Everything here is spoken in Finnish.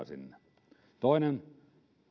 sinne toinen